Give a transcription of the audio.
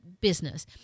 business